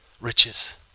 riches